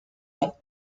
ans